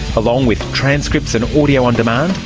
along with transcripts and audio on demand,